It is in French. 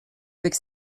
avec